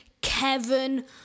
Kevin